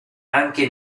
anche